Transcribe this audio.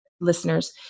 listeners